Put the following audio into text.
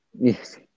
Yes